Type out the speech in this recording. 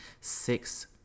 six